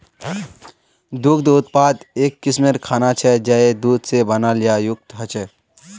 दुग्ध उत्पाद एक किस्मेर खाना छे जये दूध से बनाल या युक्त ह छे